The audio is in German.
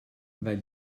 weil